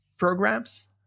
programs